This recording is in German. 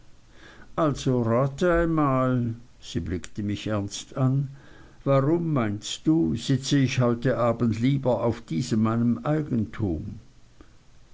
also rate einmal sie blickte mich ernst an warum meinst du sitze ich heute abends lieber auf diesem meinem eigentum